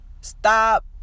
Stop